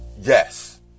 Yes